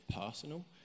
personal